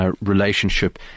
relationship